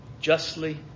justly